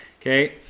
Okay